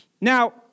Now